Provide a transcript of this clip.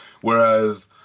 Whereas